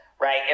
right